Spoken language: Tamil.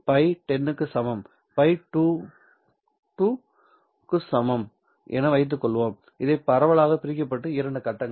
Φ1 0 க்கு சமம் φ2 to க்கு சமம் என்று வைத்துக்கொள்வோம் இவை பரவலாக பிரிக்கப்பட்ட இரண்டு கட்டங்கள்